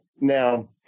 now